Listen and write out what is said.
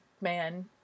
man